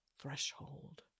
Threshold